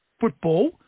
football